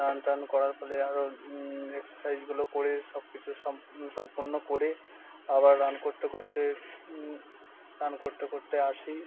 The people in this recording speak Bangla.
রান টান করার ফলে আরো এক্সেসাইজগুলো করে সব কিছু সম্পূর্ণ করে আবার রান করতে করতে রান করতে করতে আসি